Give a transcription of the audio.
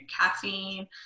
Caffeine